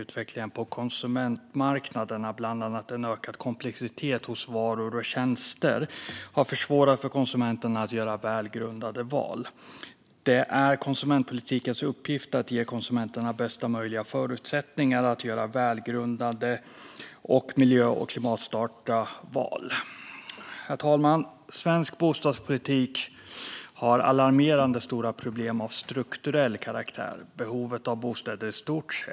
Utvecklingen på konsumentmarknaderna, bland annat en ökad komplexitet hos varor och tjänster, har försvårat för konsumenterna att göra välgrundade val. Det är konsumentpolitikens uppgift att ge konsumenterna bästa möjliga förutsättningar att göra välgrundade och miljö och klimatsmarta val. Herr talman! Svensk bostadspolitik har alarmerande stora problem av strukturell karaktär. Behovet av bostäder är stort.